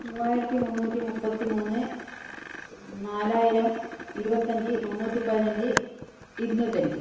മൂവായിരത്തി മുന്നൂറ്റി മുപ്പത്തിമൂന്ന് നാലായിരം ഇരുപത്തഞ്ച് മുന്നൂറ്റിപ്പതിനഞ്ച് ഇരുന്നൂറ്റഞ്ച്